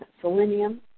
selenium